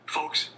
Folks